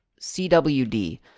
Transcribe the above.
cwd